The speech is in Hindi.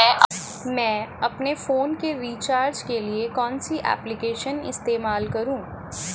मैं अपने फोन के रिचार्ज के लिए कौन सी एप्लिकेशन इस्तेमाल करूँ?